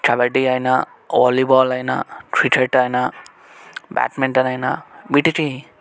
కబడ్డీ అయినా వాలీబాల్ అయినా క్రికెట్ అయినా బ్యాడ్మింటన్ అయినా వీటికి